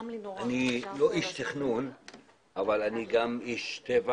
אני לא איש תכנון אבל אני גם איש טבע.